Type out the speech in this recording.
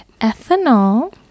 ethanol